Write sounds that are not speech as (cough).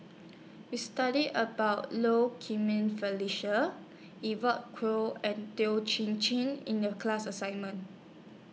We studied about Low (unintelligible) Felicia Evon Kow and Toh Chin Chye in The class assignment